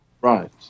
Right